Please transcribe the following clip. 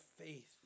faith